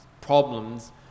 problems